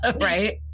Right